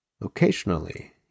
Occasionally